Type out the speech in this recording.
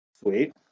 Sweet